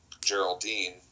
Geraldine